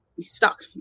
stuck